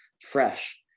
fresh